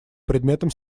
предметом